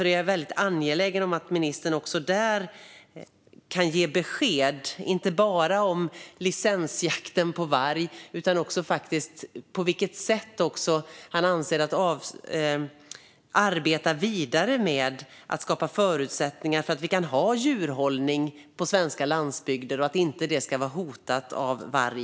Jag är angelägen om att ministern kan ge besked inte bara om licensjakt utan om hur han avser att arbeta vidare med att skapa förutsättningar för fortsatt djurhållning på svensk landsbygd utan hot från varg.